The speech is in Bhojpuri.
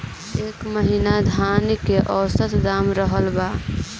एह महीना धान के औसत दाम का रहल बा?